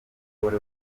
wari